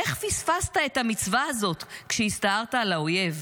איך פספסת את המצווה הזאת כשהסתערת על האויב?